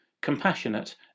compassionate